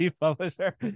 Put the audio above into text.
publisher